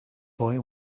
boy